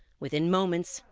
within moments,